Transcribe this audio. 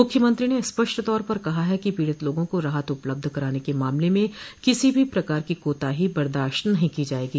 मुख्यमंत्री ने स्पष्ट तौर पर कहा है कि पीड़ित लोगों को राहत उपलब्ध कराने के मामले में किसी भी प्रकार की कोताही बर्दाश्त नहीं की जायेगी